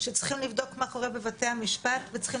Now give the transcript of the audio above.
שצריכים לבדוק מה קורה בבתי המשפט וצריכים